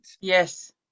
yes